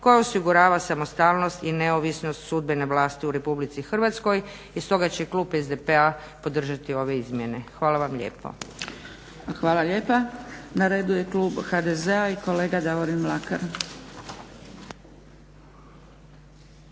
koje osigurava samostalnost i neovisnost sudbene vlasti u RH. i stoga će klub SDP-a podržati ove izmjene. Hvala vam lijepo. **Zgrebec, Dragica (SDP)** Hvala lijepa. Na redu je klub HDZ-a i kolega Davorin Mlakar.